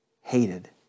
hated